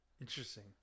Interesting